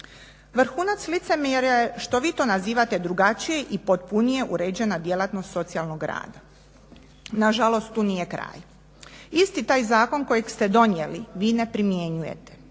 Vrhunac licemjerja je što vi to nazivate drugačije i potpunije uređena djelatnost socijalnog rada. Nažalost tu nije kraj. Isti taj zakon kojeg ste donijeli vi ne primjenjujete.